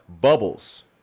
bubbles